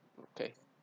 okay